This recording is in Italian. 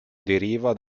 deriva